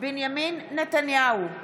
בנימין נתניהו,